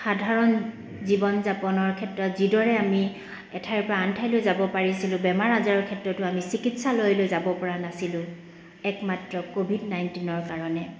সাধাৰণ জীৱন যাপনৰ ক্ষেত্ৰত যিদৰে আমি এঠাইৰ পৰা আন ঠাইলৈ যাব পাৰিছিলো বেমাৰ আজাৰৰ ক্ষেত্ৰতো আমি চিকিৎসালয়লৈ যাব পৰা নাছিলোঁ একমাত্ৰ ক'ভিড নাইণ্টিনৰ কাৰণে